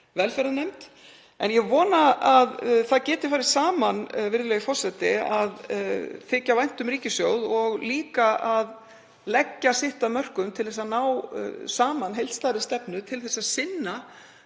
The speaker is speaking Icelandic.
velferðarnefnd. En ég vona að það geti farið saman, virðulegi forseti, að þykja vænt um ríkissjóð og líka að leggja sitt af mörkum til að ná saman heildstæðri stefnu til að sinna